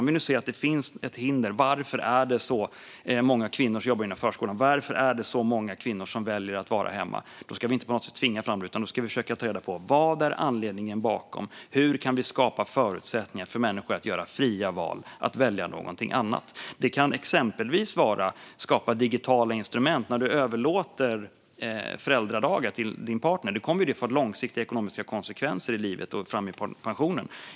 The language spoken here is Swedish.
Om vi nu ser att det finns ett hinder, till exempel att det är så många kvinnor som jobbar inom förskolan och att det är så många kvinnor som väljer att vara hemma, ska vi inte på något sätt tvinga fram någonting. Vi ska i stället försöka ta reda på vad som är anledningen till detta och hur vi kan skapa förutsättningar för människor att göra fria val och välja någonting annat. Det kan exempelvis handla om att skapa digitala instrument. När man överlåter föräldradagar till sin partner får det långsiktiga ekonomiska konsekvenser i livet i form av pensionen.